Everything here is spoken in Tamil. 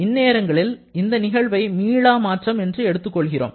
இந்நேரங்களில் இந்த நிகழ்வை மீளா மாற்றம் என்று எடுத்துக் கொள்கிறோம்